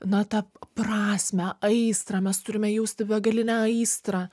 na tą prasmę aistrą mes turime jausti begalinę aistrą